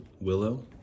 willow